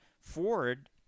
Ford